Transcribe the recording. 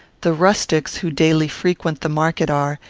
the rustics who daily frequent the market are,